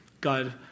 God